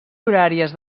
horàries